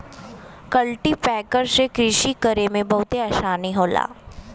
cultipacker से कृषि करे में बहुते आसानी होला